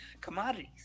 commodities